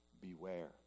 beware